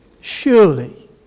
surely